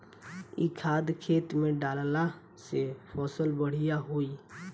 इ खाद खेत में डालला से फसल बढ़िया होई